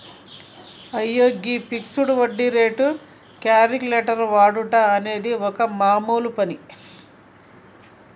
అయ్యో గీ ఫిక్సడ్ వడ్డీ రేటు క్యాలిక్యులేటర్ వాడుట అనేది ఒక మామూలు పని